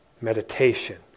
meditation